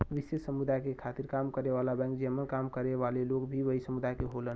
विशेष समुदाय के खातिर काम करे वाला बैंक जेमन काम करे वाले लोग भी वही समुदाय क होलन